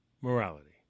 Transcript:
Morality